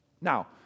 Now